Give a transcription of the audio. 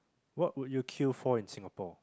what will you que for in Singapore